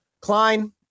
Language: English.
klein